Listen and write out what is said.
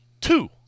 two